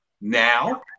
Now